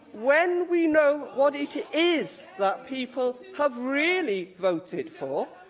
when we know what it is that people have really voted for,